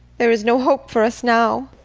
there is no hope for us now!